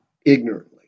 ignorantly